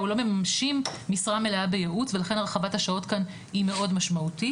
או לא ממשים משרה מלאה בייעוץ ולכן הרחבת השעות כאן היא מאוד משמעותית.